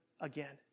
again